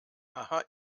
aha